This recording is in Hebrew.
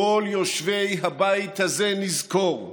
כל יושבי הבית הזה, נזכור: